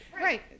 right